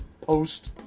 post